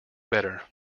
better